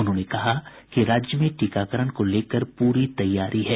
उन्होंने कहा कि राज्य में टीकाकरण को लेकर पूरी तैयारी है